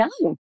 no